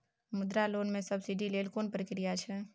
मुद्रा लोन म सब्सिडी लेल कोन प्रक्रिया छै?